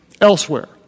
elsewhere